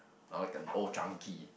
I like an Old-Chang-Kee